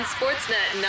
Sportsnet